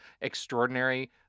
extraordinary